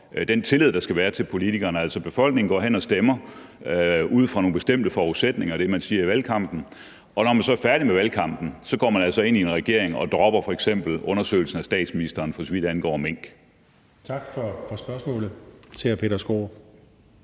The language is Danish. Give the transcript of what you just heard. den tillid, der skal være til politikerne? Altså, befolkningen går hen og stemmer ud fra nogle bestemte forudsætninger og det, man siger i valgkampen, og når man så er færdig med valgkampen, går man ind i en regering og dropper f.eks. undersøgelsen af statsministeren, for så vidt angår mink. Kl. 10:32 Lars